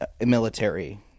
military